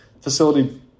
facility